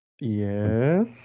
Yes